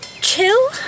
chill